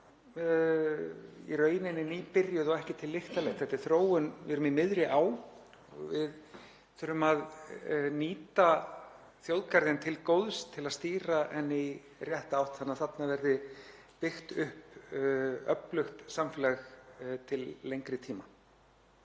í rauninni nýbyrjuð og ekki til lykta leidd, við erum í miðri á. Við þurfum að nýta þjóðgarðinn til góðs til að stýra henni í rétta átt þannig að þarna verði byggt upp öflugt samfélag til lengri tíma.